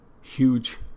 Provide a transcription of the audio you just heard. huge